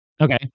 Okay